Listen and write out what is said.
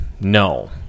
No